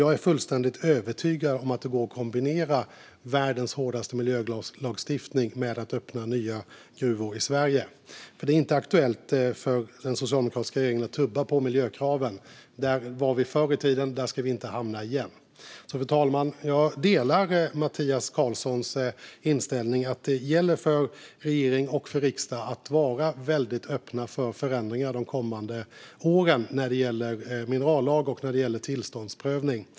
Jag är fullständigt övertygad om att det går att kombinera världens hårdaste miljölagstiftning med att öppna nya gruvor i Sverige. Det är inte aktuellt för den socialdemokratiska regeringen att tubba på miljökraven. Där var vi förr i tiden, men där ska vi inte hamna igen. Fru talman! Jag delar Mattias Karlssons inställning att det gäller för regering och riksdag att vara väldigt öppna för förändringar under kommande år avseende minerallag och tillståndsprövning.